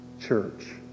church